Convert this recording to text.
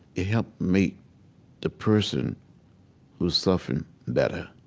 it helped make the person who's suffering better.